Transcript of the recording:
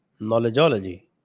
knowledgeology